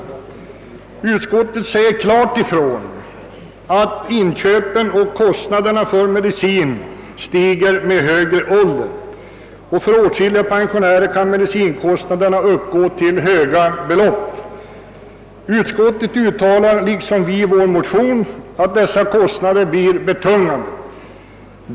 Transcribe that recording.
Det sägs i utskottsutlåtandet klart ifrån att inköpen av och kostnaderna för medicin stiger med högre ålder — för åtskilliga pensionärer kan medicinkostnaderna uppgå till höga belopp. Utskottet uttalar, liksom vi i motionerna, att dessa kostnader blir betungande.